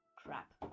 Crap